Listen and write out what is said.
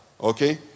okay